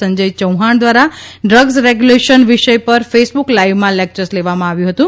સંજય ચૌહાણ દ્વારા drugs regulation વિષય પર ફેસબુક લાઈવમાં લેક્ચર્સ લેવામાં આવ્યું હતું